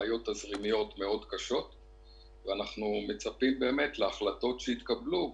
יש בעיות תזרימיות מאוד קשות ואנחנו מצפים להחלטות שיתקבלו.